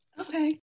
Okay